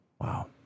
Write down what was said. wow